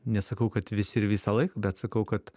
nesakau kad visi ir visąlaik bet sakau kad